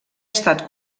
estat